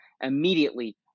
immediately